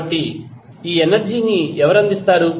కాబట్టి ఈ ఎనర్జీ ని ఎవరు అందిస్తారు